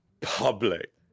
public